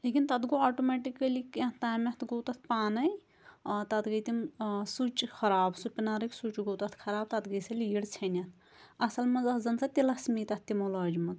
لیکِن تَتھ گوٚو آٹومیٹِکٔلی کیٚنٛہہ تامیٚتھ گوٚو تَتھ پانٔے ٲں تَتھ گٔے تِم ٲں سُچ خراب سُپنَرٕکۍ سُچ گوٚو تَتھ خراب تَتھ گٔے سۄ لیٖڈ ژھیٚنِتھ اصٕل منٛز ٲس زَن سۄ تِلَسمی تَتھ تِمو لٲجۍ مٕژ